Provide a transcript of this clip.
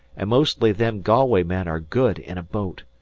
an' mostly them galway men are good in a boat.